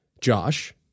Josh